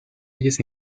ellas